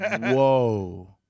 whoa